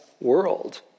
world